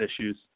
issues